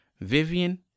Vivian